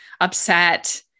upset